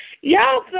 y'all